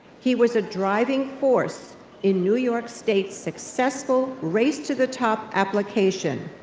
he was a driving force in new york state's successful race to the top application,